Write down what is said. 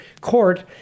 court